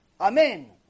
Amen